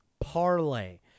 parlay